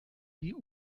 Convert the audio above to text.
die